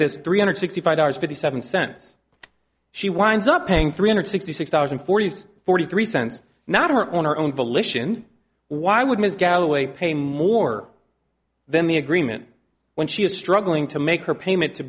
this three hundred sixty five dollars fifty seven cents she winds up paying three hundred sixty six thousand four hundred forty three cents not her on her own volition why would ms galloway pay more then the agreement when she is struggling to make her payment to